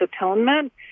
atonement